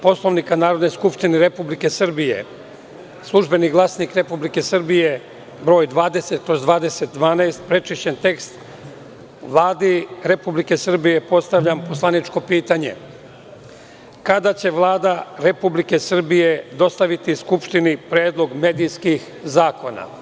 Poslovnika Narodne skupštine Republike Srbije „Službeni glasnik Republike Srbije“, broj 20/2012, prečišćen tekst, Vladi Republike Srbije postavljam poslaničko pitanje – kada će Vlada Republike Srbije dostaviti Skupštini predlog medijskih zakona?